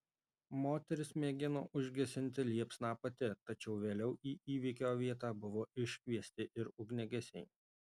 moteris mėgino užgesinti liepsną pati tačiau vėliau į įvykio vietą buvo iškviesti ir ugniagesiai